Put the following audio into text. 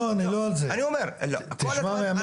נו, ברור כל מה שאתה אנחנו יודעים.